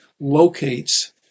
locates